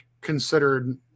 considered